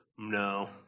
No